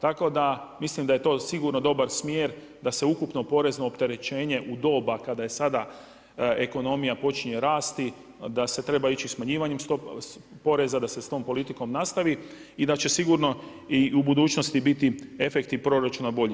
Tako da mislim da je to sigurno dobar smjer da se ukupno porezno opterećenje u doba kada je sada ekonomija počinje rasti da se treba ići smanjivanjem poreza da se s tom politikom nastavi i da će sigurno i u budućnosti biti efekti proračuna bolji.